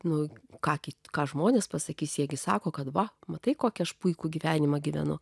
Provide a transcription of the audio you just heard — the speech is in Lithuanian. nu ką kitką žmonės pasakys siekį sako kad va matai kokia aš puikų gyvenimą gyvenu